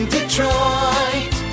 Detroit